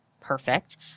perfect